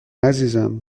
عزیزم